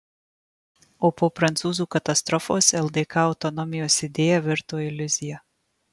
o po prancūzų katastrofos ldk autonomijos idėja virto iliuzija